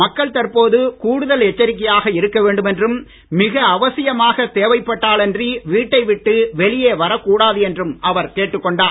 மக்கள் தற்போது கூடுதல் எச்சரிக்கையாக இருக்க வேண்டும் என்றும் மிக அவசியமாக தேவைப்பட்டால் அன்றி வீட்டை விட்டு வெளியே வரக் கூடாது என்றும் அவர் கேட்டுக் கொண்டார்